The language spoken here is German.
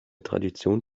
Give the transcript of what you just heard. tradition